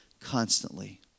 constantly